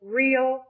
real